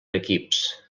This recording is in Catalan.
equips